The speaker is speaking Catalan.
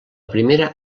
primera